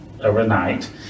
overnight